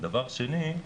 דבר שני,